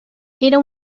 era